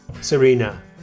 Serena